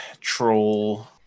troll